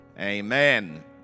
Amen